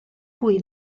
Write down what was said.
cui